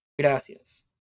Gracias